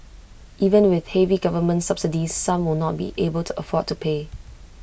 even with heavy government subsidies some will not be able to afford to pay